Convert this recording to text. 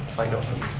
find out from